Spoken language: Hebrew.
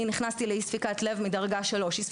נכנסתי לאי ספיקת לב מדרגה 3. למי שלא יודע,